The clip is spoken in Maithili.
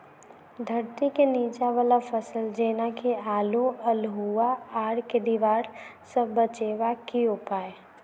धरती केँ नीचा वला फसल जेना की आलु, अल्हुआ आर केँ दीवार सऽ बचेबाक की उपाय?